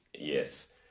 Yes